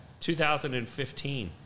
2015